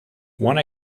one